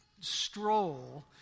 stroll